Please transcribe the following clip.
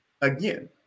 again